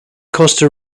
costa